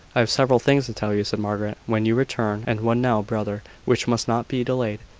i have several things to tell you, said margaret, when you return and one now, brother, which must not be delayed.